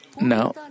now